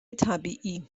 طبیعی